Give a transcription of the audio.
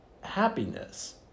happiness